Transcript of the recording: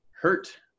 hurt